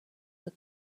what